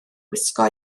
gwisgo